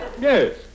Yes